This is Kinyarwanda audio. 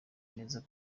neza